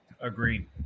Agreed